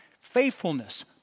faithfulness